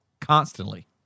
constantly